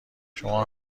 شما